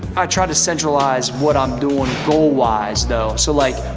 i try to centralize what i'm doing goal-wise though. so, like,